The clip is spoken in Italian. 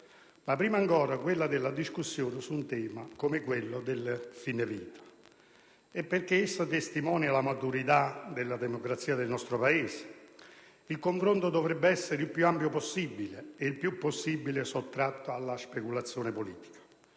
ma prima ancora quella della discussione su un tema come quello del fine vita. E perché essa testimoni la maturità della democrazia del nostro Paese, il confronto dovrebbe essere il più ampio possibile e il più possibile sottratto alla speculazione politica.